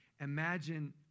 Imagine